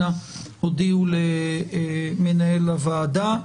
אנא תודיעו למנהל הוועדה.